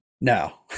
no